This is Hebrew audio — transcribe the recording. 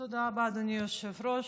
תודה רבה, אדוני היושב-ראש.